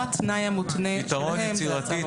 פתרון יצירתי.